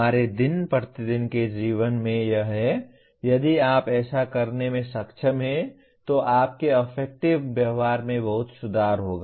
हमारे दिन प्रतिदिन के जीवन में यह है यदि आप ऐसा करने में सक्षम हैं तो आपके अफेक्टिव व्यवहार में बहुत सुधार होगा